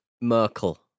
Merkel